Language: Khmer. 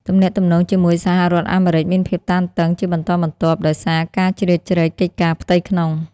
ទំនាក់ទំនងជាមួយសហរដ្ឋអាមេរិកមានភាពតានតឹងជាបន្តបន្ទាប់ដោយសារការជ្រៀតជ្រែកកិច្ចការផ្ទៃក្នុង។